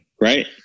Right